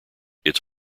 its